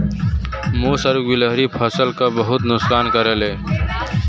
मुस और गिलहरी फसल क बहुत नुकसान करेले